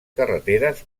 carreteres